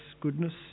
goodness